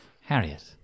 Harriet